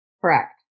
Correct